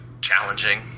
challenging